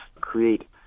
create